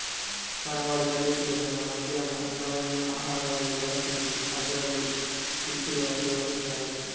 ಕರಾವಳಿ ಪ್ರದೇಶದ ಜನ ಮಧ್ಯಾಹ್ನ ಅನ್ನವನ್ನೇ ಆಹಾರವಾಗಿ ಬಳಸ್ತಿದ್ದು ಅದ್ರಲ್ಲೂ ಕುಚ್ಚಿಲು ಅಕ್ಕಿ ಬಳಸ್ತಾರೆ